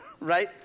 right